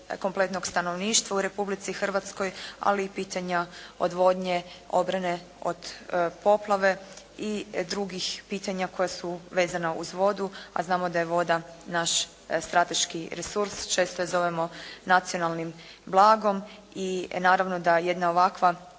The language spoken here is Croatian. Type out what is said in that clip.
kompletnog stanovništva u Republici Hrvatskoj ali i pitanja odvodnje obrane od poplave i drugih pitanja koja su vezana uz vodu a znamo da je voda naš strateški resurs. Često je zovemo nacionalnim blagom i naravno da jedna ovakva